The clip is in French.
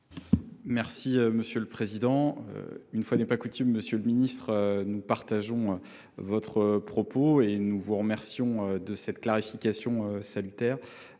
explication de vote. Une fois n’est pas coutume, monsieur le ministre, nous partageons votre propos et nous vous remercions de cette clarification salutaire.